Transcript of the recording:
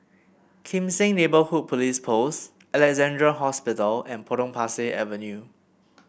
Kim Seng Neighbourhood Police Post Alexandra Hospital and Potong Pasir Avenue